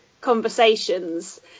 conversations